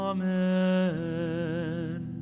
Amen